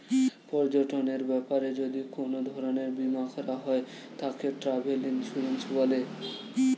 পর্যটনের ব্যাপারে যদি কোন ধরণের বীমা করা হয় তাকে ট্র্যাভেল ইন্সুরেন্স বলে